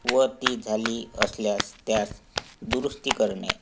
व ती झाली असल्यास त्यात दुरुस्ती करणे